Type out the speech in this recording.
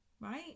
right